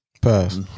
pass